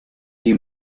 die